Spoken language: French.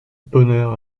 bonheur